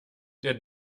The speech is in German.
der